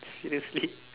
seriously